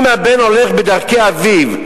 אם הבן הולך בדרכי אביו,